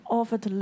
Offered